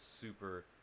super